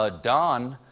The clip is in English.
ah don,